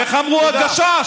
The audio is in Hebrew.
איך אמרו הגשש?